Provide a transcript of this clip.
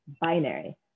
binary